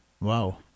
wow